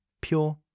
pure